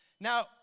Now